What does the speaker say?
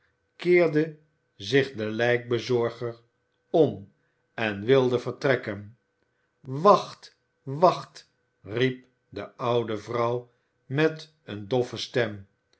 keerde zich de lijkbezorger om en wilde vertrekken wacht wacht riep de oude vrouw met eene doffe stem